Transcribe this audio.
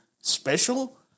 special